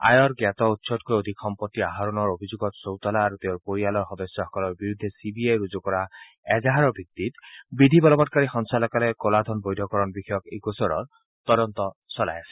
আয়ৰ জ্ঞাত উৎসতকৈ অধিক সম্পত্তি আহৰণৰ অভিযোগত চৌতালা আৰু তেওঁৰ পৰিয়ালৰ সদস্যসকলৰ বিৰুদ্ধে চি বি আয়ে ৰুজু কৰা এজাহাৰৰ ভিত্তিত বিধি বলবৎকাৰী সঞ্চালকালয়ে কলা ধন বৈধকৰণ বিষয়ক এই গোচৰৰ তদন্ত চলাই আছে